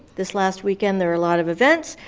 this last weekend there were a lot of events.